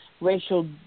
racial